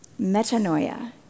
metanoia